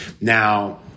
Now